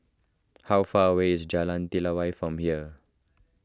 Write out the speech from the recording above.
how far away is Jalan Telawi from here